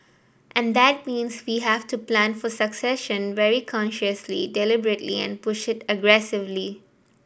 and that means we have to plan for succession very consciously deliberately and push it aggressively